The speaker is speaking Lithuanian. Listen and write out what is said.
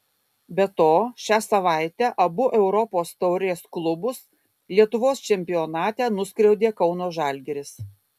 be to šią savaitę abu europos taurės klubus lietuvos čempionate nuskriaudė kauno žalgiris